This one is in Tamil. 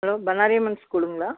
பண்ணாரியம்மன் ஸ்கூலுங்களா